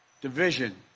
division